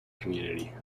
community